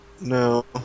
No